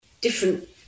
different